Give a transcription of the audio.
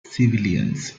civilians